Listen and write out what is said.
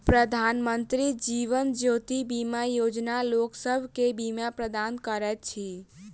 प्रधानमंत्री जीवन ज्योति बीमा योजना लोकसभ के बीमा प्रदान करैत अछि